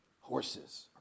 Horses